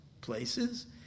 places